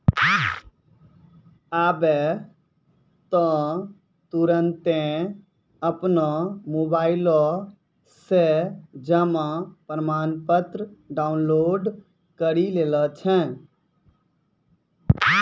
आबै त तुरन्ते अपनो मोबाइलो से जमा प्रमाणपत्र डाउनलोड करि लै छै